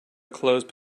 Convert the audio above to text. clothes